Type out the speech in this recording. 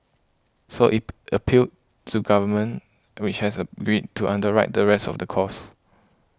so it appealed to Government which has agreed to underwrite the rest of the cost